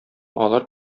алар